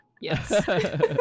Yes